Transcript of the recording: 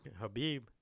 Habib